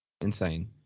Insane